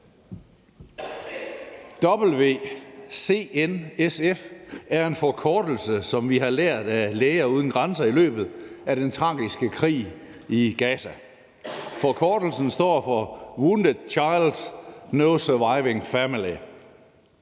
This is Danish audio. WCNSF er en forkortelse, som vi har lært af Læger uden Grænser i løbet af den tragiske krig i Gaza. Forkortelsen står for: Wounded Child No Surviving Family.